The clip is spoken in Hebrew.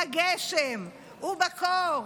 בגשם ובקור.